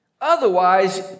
Otherwise